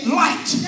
light